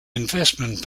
investment